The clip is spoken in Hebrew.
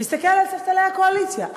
תסתכל על ספסלי הקואליציה.